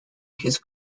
his